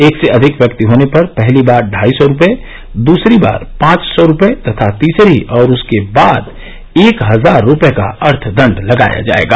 एक से अधिक व्यक्ति होने पर पहली बार ढाई सौ रुपए दूसरी बार पांच सौ रूपये तथा तीसरी और उसके बाद एक हजार रूपये का अर्थदंड लगाया जाएगा